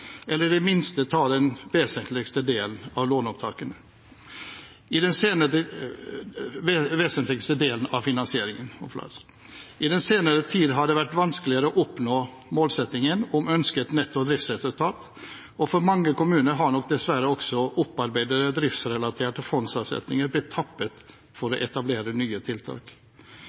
eller i det minste ta den vesentligste delen av finansieringen. I den senere tid har det vært vanskeligere å oppnå målsettingen om ønsket netto driftsresultat, og for mange kommuner har nok dessverre også opparbeidede driftsrelaterte fondsavsetninger blitt tappet for